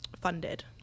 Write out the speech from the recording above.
funded